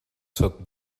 took